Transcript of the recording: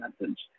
message